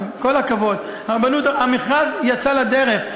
עם כל הכבוד, המכרז יצא לדרך.